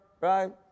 right